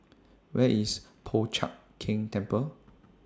Where IS Po Chiak Keng Temple